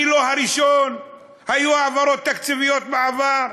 אני לא הראשון, היו העברות תקציביות בעבר,